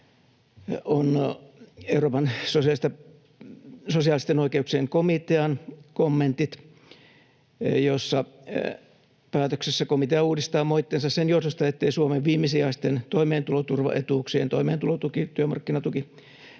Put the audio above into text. on Euroopan sosiaalisten oikeuksien komitean kommentit, ja päätöksessä komitea uudistaa moitteensa sen johdosta, ettei Suomen viimesijaisten toimeentuloturvaetuuksien — toimeentulotuki, työmarkkinatuki